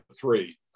three